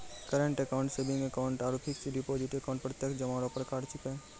current account saving account आरु fix deposit account प्रत्यक्ष जमा रो प्रकार छिकै